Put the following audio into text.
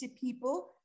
people